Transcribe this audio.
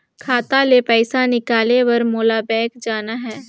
खाता ले पइसा निकाले बर मोला बैंक जाना हे?